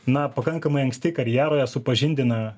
na pakankamai anksti karjeroje supažindina